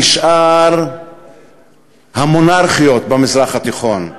כשאר המונרכיות במזרח התיכון.